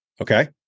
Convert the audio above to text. Okay